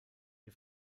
die